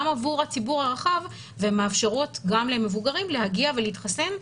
עבור הציבור הרחב והן מאפשרות גם למבוגרים להגיע ולהתחסן.